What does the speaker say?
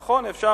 נכון, אפשר.